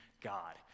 God